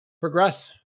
progress